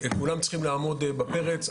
וכולם צריכים לעמוד בפרץ.